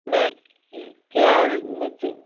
मैं क्या मुझे